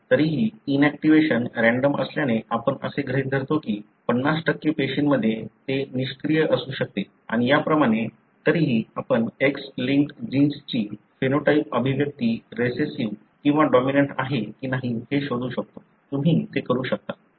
तरीही inactivation random असल्याने आपण असे गृहीत धरतो की 50 पेशींमध्ये ते निष्क्रिय असू शकते आणि याप्रमाणे तरीही आपण X लिंक्ड जीन्सची फेनोटाइप अभिव्यक्ती रिसेस्सीव्ह किंवा डॉमिनंट आहे की नाही हे शोधू शकतो तुम्ही ते करू शकता